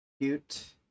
Cute